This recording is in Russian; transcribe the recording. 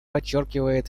подчеркивает